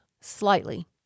Slightly